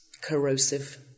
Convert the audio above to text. corrosive